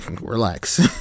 relax